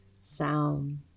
sound